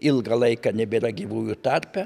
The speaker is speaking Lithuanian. ilgą laiką nebėra gyvųjų tarpe